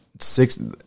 six